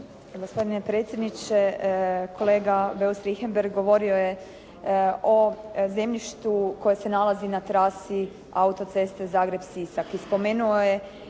Gospodine predsjedniče, kolega Beus Richembergh govorio je o zemljištu koje se nalazi na trasi autoceste Zagreb-Sisak